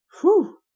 Whew